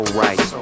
right